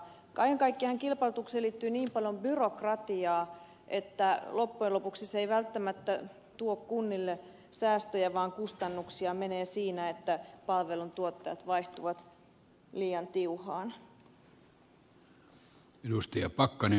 kaiken kaikkiaan kilpailutukseen liittyy niin paljon byrokratiaa että loppujen lopuksi se ei välttämättä tuo kunnille säästöjä vaan kustannuksia menee siihen että palvelutuottajat vaihtuvat liian tiuhaan